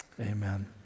Amen